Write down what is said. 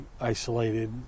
isolated